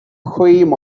cream